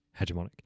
hegemonic